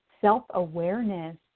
Self-awareness